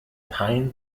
pine